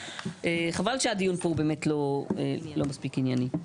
וחבל שהדיון פה הוא באמת לא מספיק ענייני.